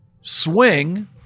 swing